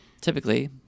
typically